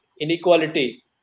inequality